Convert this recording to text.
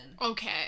Okay